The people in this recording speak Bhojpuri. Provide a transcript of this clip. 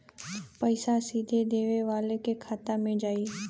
पइसा सीधे देवे वाले के खाते में जाई